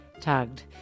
tugged